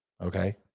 Okay